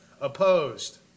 Opposed